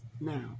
Now